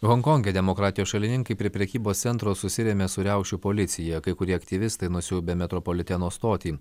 honkonge demokratijos šalininkai prie prekybos centro susirėmė su riaušių policija kai kurie aktyvistai nusiaubė metropoliteno stotį